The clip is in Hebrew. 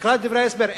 תקרא את דברי ההסבר.